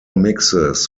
mixes